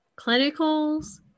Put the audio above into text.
clinicals